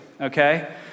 okay